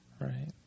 Right